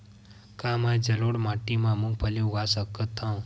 का मैं जलोढ़ माटी म मूंगफली उगा सकत हंव?